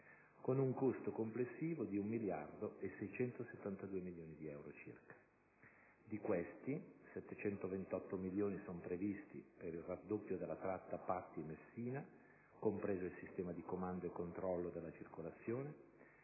con un costo complessivo di 1.672 milioni di euro circa. Di questi, 728 milioni di euro sono previsti per il raddoppio della tratta Patti-Messina, compreso il sistema di comando e controllo della circolazione;